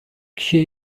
kişiye